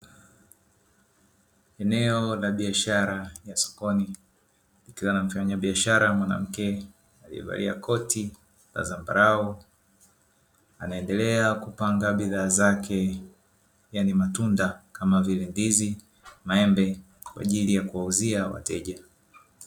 Eneo la biashara ya sokoni ikiwa na mfanyabiashara mwanamke aliyevalia koti la zambarau anaendelea kupanga bidhaa zake yaani matunda kama vile ndizi, maembe kwa ajili ya kuwauzia wateja.